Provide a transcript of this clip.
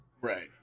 right